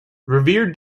revere